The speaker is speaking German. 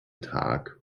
tag